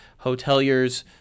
hoteliers